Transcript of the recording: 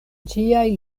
ĝiaj